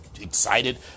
excited